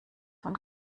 von